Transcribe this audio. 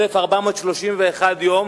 1,431 יום